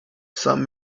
some